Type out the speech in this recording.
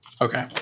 Okay